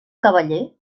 cavaller